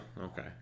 okay